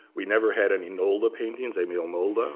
we never had any nolde paintings, emil nolde.